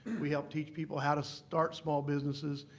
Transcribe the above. we help teach people how to start small businesses,